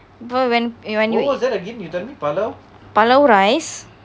but when you when you pulao rice